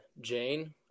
jane